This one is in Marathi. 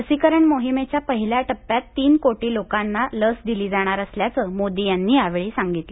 लसीकरण मोहिमेच्या पहिल्या टप्प्यात तीन कोटी लोकांना लस दिली जाणार असल्याचं मोदी यांनी यावेळी सांगितलं